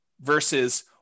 versus